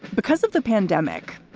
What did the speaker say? because of the pandemic,